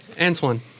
Antoine